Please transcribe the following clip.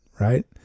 right